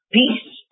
peace